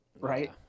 right